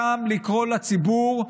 גם לקרוא לציבור,